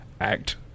act